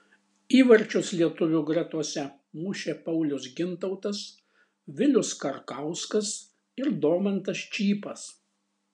įvarčius lietuvių gretose mušė paulius gintautas vilius karkauskas ir domantas čypas